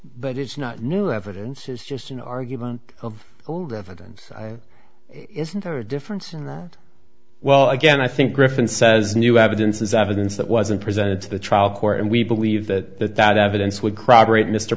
but it's not new evidence is just an argument of all the evidence isn't there a difference in that well again i think griffin says new evidence is evidence that wasn't presented to the trial court and we believe that that evidence would cry operate mr